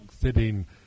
sitting